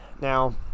now